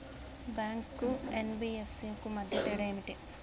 Bank కు NBFC కు మధ్య తేడా ఏమిటి?